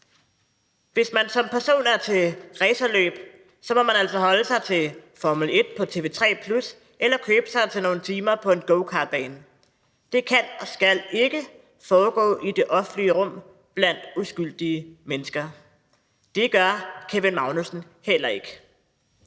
Hvis man som person er til racerløb, må man altså holde sig til Formel 1 på TV 3+ eller købe sig til nogle timer på en gokartbane. Det kan og skal ikke foregå i det offentlige rum blandt uskyldige mennesker. Det gør det heller ikke,